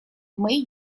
мои